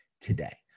today